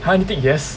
!huh! you tick yes